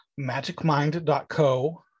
magicmind.co